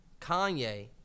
Kanye